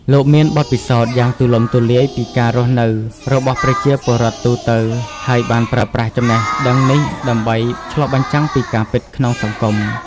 លោកមានបទពិសោធន៍យ៉ាងទូលំទូលាយពីការរស់នៅរបស់ប្រជាពលរដ្ឋទូទៅ ហើយបានប្រើប្រាស់ចំណេះដឹងនេះដើម្បី ឆ្លុះបញ្ចាំងពីការពិតក្នុងសង្គម។